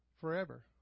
forever